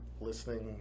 listening